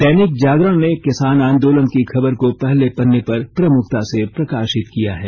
दैनिक जागरण ने किसान आंदोलन की खबर को पहले पन्ने पर प्रमुखता से प्रकाशित किया है